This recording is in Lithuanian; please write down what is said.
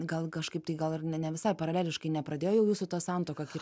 gal kažkaip tai gal ir ne nevisai paraleliškai nepradėjo jau jūsų ta santuoka kir